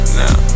now